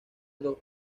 dos